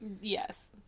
Yes